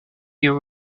you